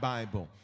Bible